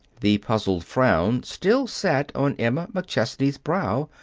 the puzzled frown still sat on emma mcchesney's brow.